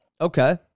Okay